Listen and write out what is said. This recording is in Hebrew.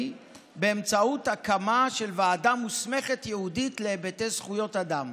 באמצעות הקמה של ועדה מוסמכת ייעודית להיבטי זכויות אדם.